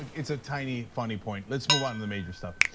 like it's a tiny funny point, let's move on to the major stuff.